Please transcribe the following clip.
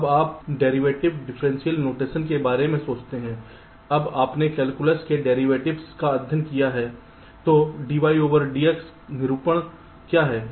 अब आप derivative differential notation के बारे में सोचते हैं जब आपने कैलकुलस में डेरिवेटिवस का अध्ययन किया है तो dydx निरूपण क्या है